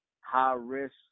high-risk